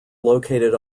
located